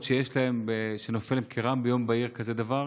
שיש להם כשנופל עליהם כרעם ביום בהיר כזה דבר.